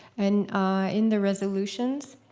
and in the resolutions,